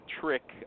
trick